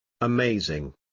amazing